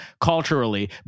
culturally